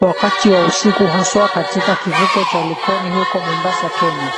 Wakati wa usiku aswa katika kivuko cha likoni huko Mombasa Kenya,